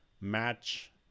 match